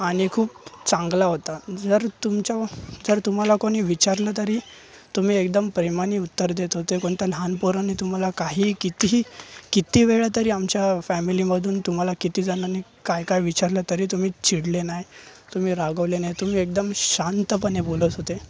आणि खूप चांगला होता जर तुमचा जर तुम्हाला कोणी विचारलं तरी तुम्ही एकदम प्रेमाने उत्तर देत होते कोणत्या लहान पोराने तुम्हाला काहीही कितीही किती वेळा तरी आमच्या फॅमिलीमधून तुम्हाला किती जणांनी काय काय विचारलं तरी तुम्ही चिडले नाही तुम्ही रागावले नाही तुम्ही एकदम शांतपणे बोलत होते